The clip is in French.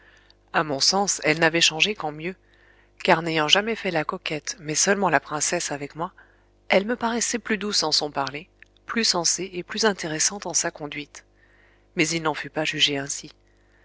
à mon sens elle n'avait changé qu'en mieux car n'ayant jamais fait la coquette mais seulement la princesse avec moi elle me paraissait plus douce en son parler plus sensée et plus intéressante en sa conduite mais il n'en fut pas jugé ainsi